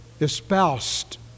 espoused